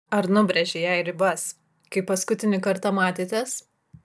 ar nubrėžei jai ribas kai paskutinį kartą matėtės